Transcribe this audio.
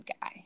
guy